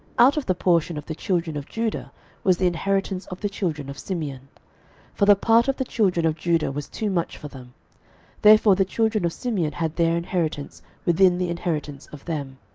out of the portion of the children of judah was the inheritance of the children of simeon for the part of the children of judah was too much for them therefore the children of simeon had their inheritance within the inheritance of them.